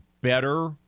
better